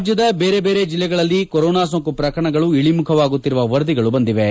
ರಾಜ್ಯದ ಬೇರೆ ಜಿಲ್ಲೆಗಳಲ್ಲಿ ಕೊರೊನಾ ಸೋಂಕು ಪ್ರಕರಣಗಳು ಇಳಿಮುಖವಾಗುತ್ತಿರುವ ವರದಿಗಳು ಬಂದಿವೆ